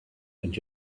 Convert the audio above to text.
and